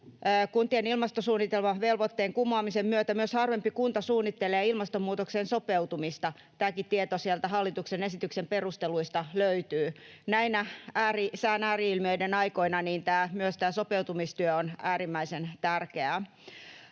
kuntien ilmastosuunnitelmavelvoitteen kumoamisen myötä harvempi kunta suunnittelee ilmastonmuutokseen sopeutumista. Tämäkin tieto sieltä hallituksen esityksen perusteluista löytyy. Näinä sään ääri-ilmiöiden aikoina myös tämä sopeutumistyö on äärimmäisen tärkeää.